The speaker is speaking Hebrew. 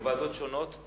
לוועדות שונות,